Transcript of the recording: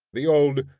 the old,